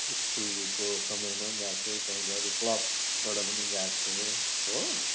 स्कुलको को समयमा पनि गएको थिएँ त्यही गारौँ क्लबबाट पनि गएको थियो हो